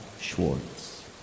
Schwartz